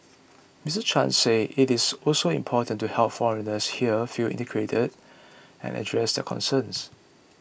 Mister Chan said it is also important to help foreigners here feel integrated and address their concerns